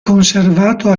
conservato